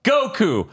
Goku